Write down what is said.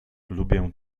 lubię